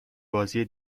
بازی